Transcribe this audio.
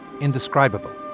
indescribable